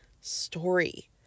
story